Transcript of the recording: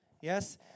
Yes